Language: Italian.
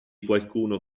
qualcuno